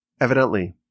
Evidently